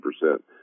percent